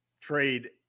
trade